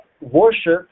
worship